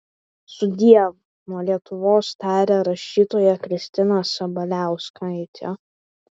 sudiev nuo lietuvos tarė rašytoja kristina sabaliauskaitė